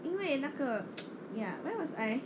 因为那个 ya where was I